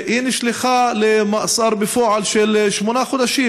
היא נשלחה למאסר בפועל של שמונה חודשים.